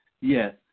Yes